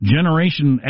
Generation